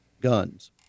guns